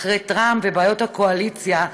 אחרי טראמפ ובעיות הקואליציה.